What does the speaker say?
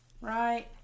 right